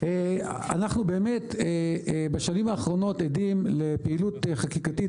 אנחנו באמת בשנים האחרונות עדים לפעילות חקיקתית